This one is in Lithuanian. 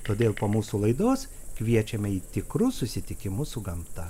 todėl po mūsų laidos kviečiame į tikrus susitikimus su gamta